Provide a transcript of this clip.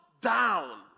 down